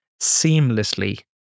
seamlessly